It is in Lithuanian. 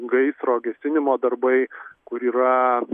gaisro gesinimo darbai kur yra